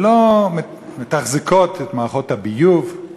ולא מתחזקות את מערכות הביוב,